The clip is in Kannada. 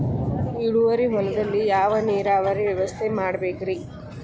ಇಳುವಾರಿ ಹೊಲದಲ್ಲಿ ಯಾವ ನೇರಾವರಿ ವ್ಯವಸ್ಥೆ ಮಾಡಬೇಕ್ ರೇ?